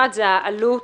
האחד, העלות